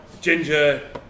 Ginger